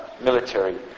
military